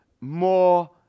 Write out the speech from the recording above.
more